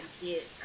get